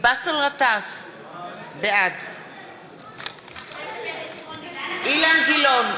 באסל גטאס, בעד אילן גילאון,